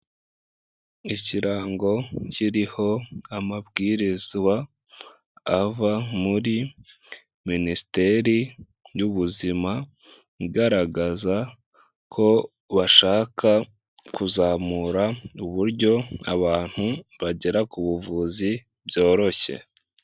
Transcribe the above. Ikirango kiriho amabwirizwa ava muri minisiteri y'ubuzima igaragaza ko bashaka kuzamura uburyo abantu bagera ku buvuzi byoroshye.